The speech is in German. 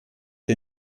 der